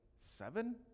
seven